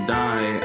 die